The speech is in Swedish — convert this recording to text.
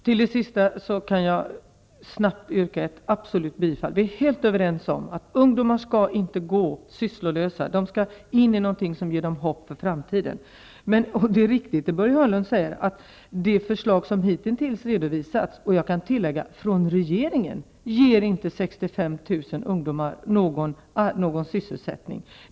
Herr talman! Till det sista kan jag snabbt yrka ett absolut bifall. Vi är helt överens om att ungdomar inte skall gå sysslolösa. De skall in i någonting som ger dem hopp för framtiden. Det är riktigt som Börje Hörnlund säger att de förslag som hitintills redovisats -- jag kan tillägga från regeringen -- ger inte 65 000 ungdomar någon sysselsättning.